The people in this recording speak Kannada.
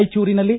ರಾಯಚೂರಿನಲ್ಲಿ